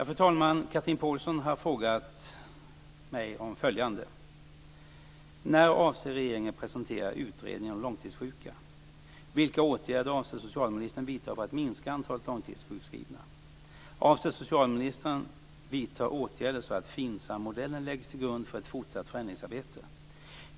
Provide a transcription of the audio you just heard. Fru talman! Chatrine Pålsson har frågat mig om följande: - När avser regeringen presentera utredningen om långtidssjuka? SAM-modellen läggs till grund för ett fortsatt förändringsarbete?